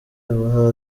abaho